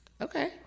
Okay